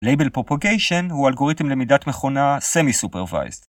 Label Propagation הוא אלגוריתם למידת מכונה Semi-Supervised.